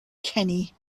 kenny